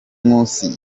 nkusi